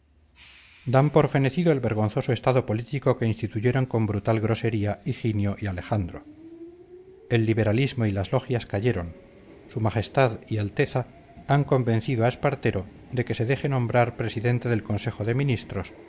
dan por fenecido el vergonzoso estado político que instituyeron con brutal grosería higinio y alejandro el liberalismo y las logias cayeron su majestad y alteza han convencido a espartero de que se deje nombrar presidente del consejo de ministros